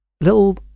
little